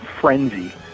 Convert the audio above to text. frenzy